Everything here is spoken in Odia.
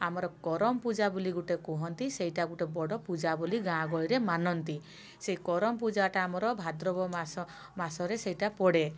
ଆମର କରମ୍ ପୂଜା ବୋଲି ଗୋଟେ କହନ୍ତି ସେଇଟା ଗୋଟେ ବଡ଼ ପୂଜା ବୋଲି ଗାଁ ଗହଳିରେ ମାନନ୍ତି ସେ କରମ୍ ପୂଜାଟା ଆମର ଭାଦ୍ରବ ମାସ ମାସରେ ସେଟା ପଡ଼େ